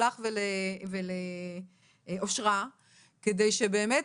לך ולאושרה על מנת שבאמת